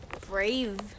brave